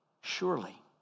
surely